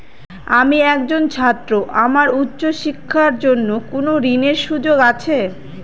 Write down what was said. আমি একজন ছাত্র আমার উচ্চ শিক্ষার জন্য কোন ঋণের সুযোগ আছে?